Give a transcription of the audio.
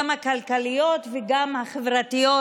גם הכלכליות וגם החברתיות,